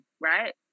right